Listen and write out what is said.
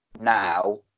Now